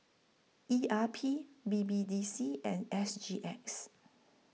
E R P B B D C and S G X